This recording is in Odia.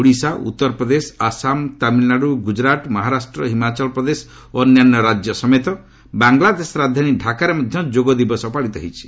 ଓଡ଼ିଶା ଉତ୍ତର ପ୍ରଦେଶ ଆସାମ ତାମିଲ୍ନାଡ଼ୁ ଗୁଜରାଟ୍ ମହାରାଷ୍ଟ୍ର ହିମାଚଳ ପ୍ରଦେଶ ଓ ଅନ୍ୟାନ୍ୟ ରାଜ୍ୟ ସମେତ ବାଂଲାଦେଶ ରାଜଧାନୀ ଢାକାଠାରେ ମଧ୍ୟ ଯୋଗ ଦିବସ ପାଳିତ ହୋଇଛି